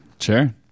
sure